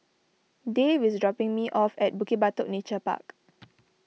Dave is dropping me off at Bukit Batok Nature Park